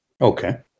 okay